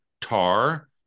Tar